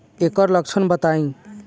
एकर लक्षण बताई?